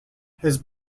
his